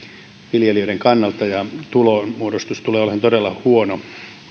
viljelijöiden kannalta ja tulonmuodostus tulee olemaan todella huono